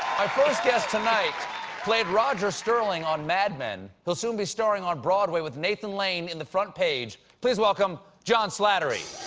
my first guest tonight played roger sterling on mad men. he'll soon be starring on broadway with nathan lane in the front page. please welcome john slattery!